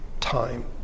time